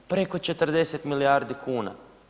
Preko 40 milijardi kuna.